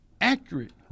accurate